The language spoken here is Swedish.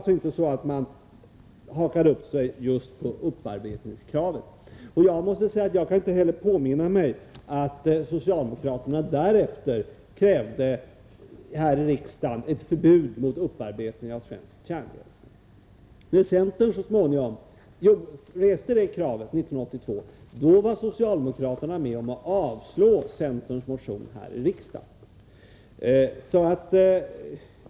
Socialdemokraterna hakade upp sig just på upparbetningskravet. Jag kan inte heller påminna mig att socialdemokraterna därefter här i riksdagen krävde ett förbud mot upparbetning av svenskt kärnbränsle. När centern så småningom reste detta krav 1982, var socialdemokraterna med om att avslå centerns motion här i riksdagen.